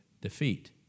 defeat